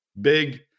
big